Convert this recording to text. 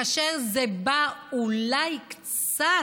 כאשר זה בא אולי קצת